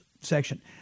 section